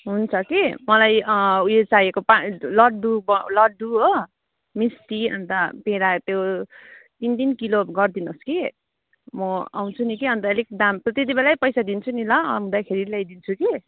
हुन्छ कि मलाई उयो चाहिएको पा लड्डु लड्डु हो मिस्टी अन्त पेडा त्यो तिन तिन किलो गरिदिनुहोस् कि म आउँछु नि कि अलिक दाम त्यतिबेलै पैसा दिन्छु नि ल आउँदाखेरि ल्याइदिन्छु कि